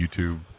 YouTube